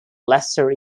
lesser